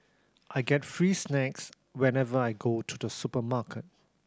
I get free snacks whenever I go to the supermarket